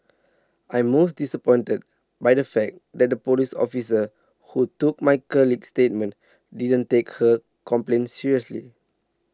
I'm most disappointed by the fact that the police officer who took my colleague's statement didn't take her complaint seriously